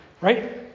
right